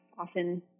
often